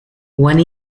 one